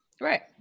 Right